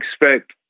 expect